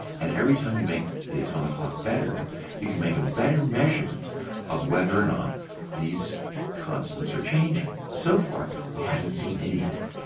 and every time you make the atomic clock better you can make a better measurement of whether or not these constants are changing. so far we haven't seen anything,